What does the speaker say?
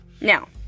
now